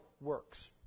works